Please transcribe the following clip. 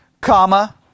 Comma